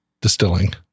Distilling